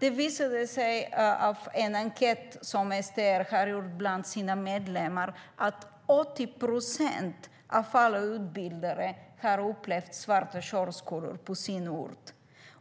Det visade sig genom en enkät som STR har gjort bland sina medlemmar att 80 procent av alla utbildare har upplevt svarta körskolor på sin ort.